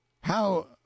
How